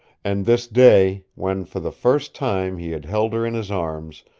and this day, when for the first time he had held her in his arms,